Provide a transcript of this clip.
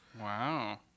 Wow